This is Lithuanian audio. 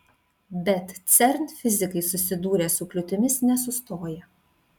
bet cern fizikai susidūrę su kliūtimis nesustoja